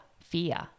fear